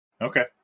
Okay